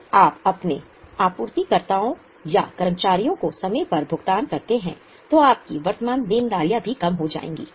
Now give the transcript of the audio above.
यदि आप अपने आपूर्तिकर्ताओं या कर्मचारियों को समय पर भुगतान करते हैं तो आपकी वर्तमान देनदारियाँ भी कम हो जाएंगी